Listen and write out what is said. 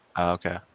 okay